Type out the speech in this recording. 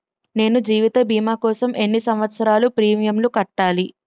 నేను జీవిత భీమా కోసం ఎన్ని సంవత్సారాలు ప్రీమియంలు కట్టాలి?